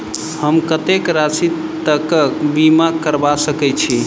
हम कत्तेक राशि तकक बीमा करबा सकै छी?